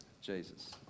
Jesus